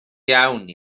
iawn